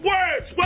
Words